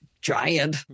giant